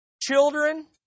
Children